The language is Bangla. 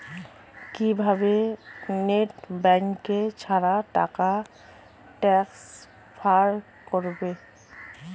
কিভাবে নেট ব্যাঙ্কিং ছাড়া টাকা টান্সফার করব?